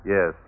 Yes